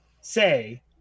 say